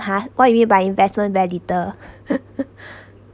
hor what you mean by investment very little